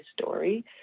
story